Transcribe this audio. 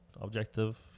objective